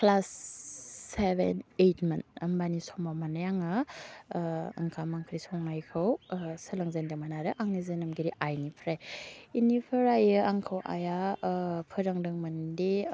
class seven ओइटमोन होमबानि समाव माने आङो ओंखाम ओंख्रि संनायखौ सोलोंजेन्दोंमोन आरो आंनि जोनोमगिरि आइनिफ्राय इनिफोरायो आंखौ आइआ फोरोंदोंमोन दि